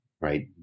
right